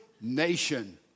nation